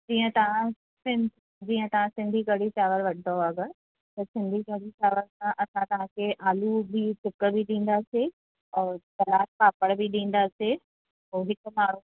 जीअं तव्हां सिं जीअं तव्हां सिंधी कढ़ी चावरु वठंदव अगरि त सिंधी कढ़ी चावर सां असां तव्हांखे आलू जी टुक बि ॾींदासीं और सलाद पापड़ बि ॾींदासीं और हिक माण्हू